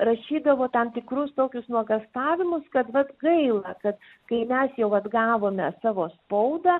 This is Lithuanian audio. rašydavo tam tikrus tokius nuogąstavimus kad vat gaila kad kai mes jau atgavome savo spaudą